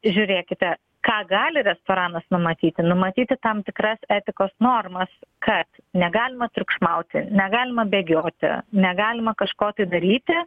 žiūrėkite ką gali restoranas numatyti numatyti tam tikras etikos normas kad negalima triukšmauti negalima bėgioti negalima kažko tai daryti